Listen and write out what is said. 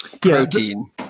Protein